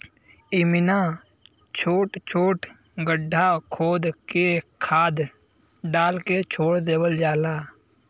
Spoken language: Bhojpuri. इमिना छोट छोट गड्ढा खोद के खाद डाल के छोड़ देवल जाला